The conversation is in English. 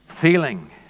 feeling